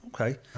Okay